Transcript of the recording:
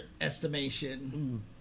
estimation